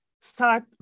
Start